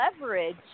leverage